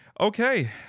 okay